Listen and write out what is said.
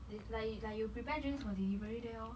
the like you like you prepare drinks for delivery they orh